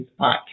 podcast